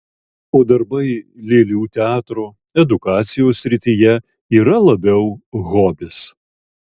o darbai lėlių teatro edukacijos srityje yra labiau hobis